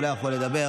הוא לא יכול לדבר.